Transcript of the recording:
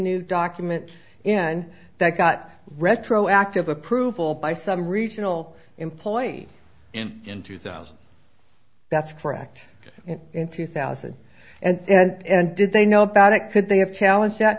new document and that got retroactive approval by some regional employee in two thousand that's correct in two thousand and did they know about it could they have challenged that